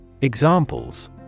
Examples